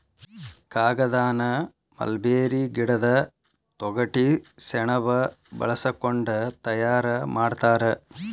ಕಾಗದಾನ ಮಲ್ಬೇರಿ ಗಿಡದ ತೊಗಟಿ ಸೆಣಬ ಬಳಸಕೊಂಡ ತಯಾರ ಮಾಡ್ತಾರ